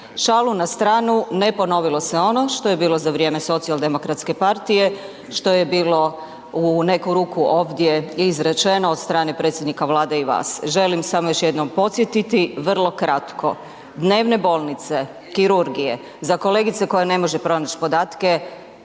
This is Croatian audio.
Šalu na stranu, ne ponovilo se ono što je bilo za vrijeme socijaldemokratske partije, što je bilo u neku ruku ovdje i izrečeno od strane predsjednika Vlade i vas. Želim samo još jednom podsjetiti, vrlo kratko. Dnevne bolnice, kirurgije za kolegicu koja ne može pronaći podatke,